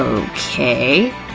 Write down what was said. okay.